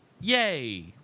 Yay